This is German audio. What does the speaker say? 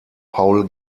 paul